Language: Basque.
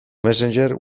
messenger